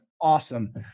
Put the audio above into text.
Awesome